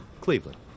Cleveland